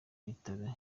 bitaro